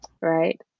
Right